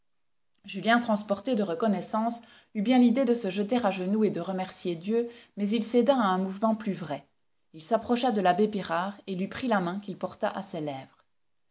julien transporté de reconnaissance eut bien l'idée de se jeter à genoux et de remercier dieu mais il céda à un mouvement plus vrai il s'approcha de l'abbé pirard et lui prit la main qu'il porta à ses lèvres